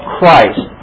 Christ